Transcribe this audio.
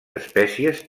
espècies